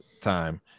Time